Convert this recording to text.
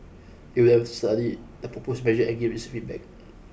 it will study the proposed measure and give its feedback